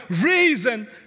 reason